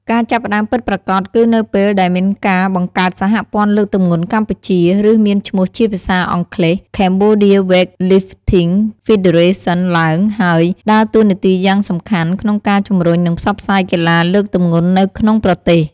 ការចាប់ផ្តើមពិតប្រាកដគឺនៅពេលដែលមានការបង្កើត សហព័ន្ធលើកទម្ងន់កម្ពុជា ឬមានឈ្មោះជាភាសាអង់គ្លេស Cambodia Weightlifting Federation ឡើង ហើយ ដើរតួនាទីយ៉ាងសំខាន់ក្នុងការជំរុញ និងផ្សព្វផ្សាយកីឡាលើកទម្ងន់នៅក្នុងប្រទេស។